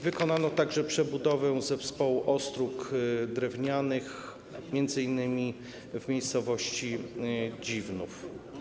Wykonano także przebudowy zespołów ostróg drewnianych, m.in. w miejscowości Dziwnów.